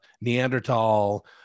Neanderthal